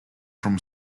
from